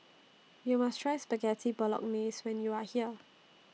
YOU must Try Spaghetti Bolognese when YOU Are here